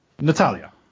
Natalia